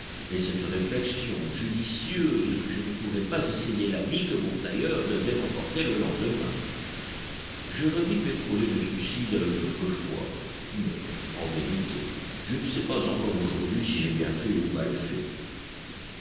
et cette réflexion judicieuse que je ne pourrais pas essayer l'habit que mon tailleur devait m'apporter le lendemain je remis mes projets de suicide à une autre fois mais en vérité je ne sais pas encore aujourd'hui si j'ai bien fait ou mal fait